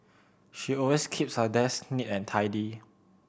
she always keeps her desk neat and tidy